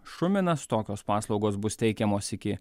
šuminas tokios paslaugos bus teikiamos iki